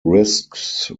risks